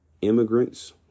Immigrants